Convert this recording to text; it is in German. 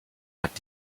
hat